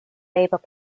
labour